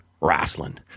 wrestling